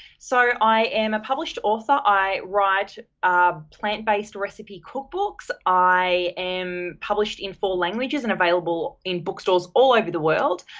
i am a published author. i write um plant-based recipe cook books. i am published in four languages and available in bookstores all over the world.